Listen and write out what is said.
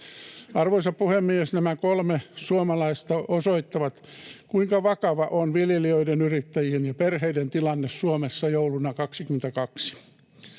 Arvoisa puhemies! Nämä kolme suomalaista osoittavat, kuinka vakava on viljelijöiden, yrittäjien ja perheiden tilanne Suomessa jouluna 2022.